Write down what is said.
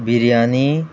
biryani